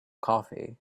coffee